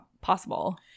possible